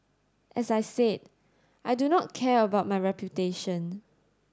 as I said I do not care about my reputation